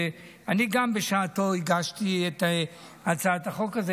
ואני גם בשעתו הגשתי את הצעת החוק הזאת,